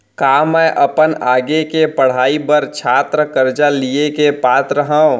का मै अपन आगे के पढ़ाई बर छात्र कर्जा लिहे के पात्र हव?